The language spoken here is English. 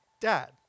dad